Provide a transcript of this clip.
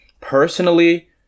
Personally